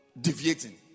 deviating